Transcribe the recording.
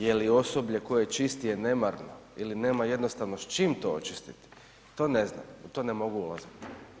Je li osoblje koje čisti je nemarno ili nema jednostavno s čime to očistiti, to ne znam, u to ne mogu ulaziti.